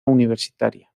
universitaria